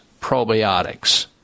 probiotics